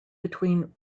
between